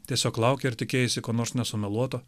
tiesiog laukei ir tikėjaisi ko nors nesumeluoto